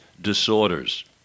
disorders